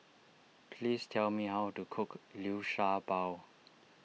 please tell me how to cook Liu Sha Bao